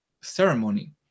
ceremony